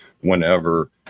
whenever